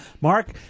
Mark